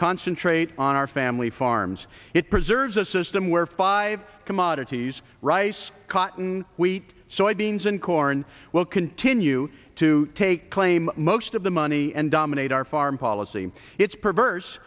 concentrate on our family farms it preserves a system where five commodities rice cotton wheat soy beans and corn will continue to take claim most of the money and dominate our foreign policy it's perverse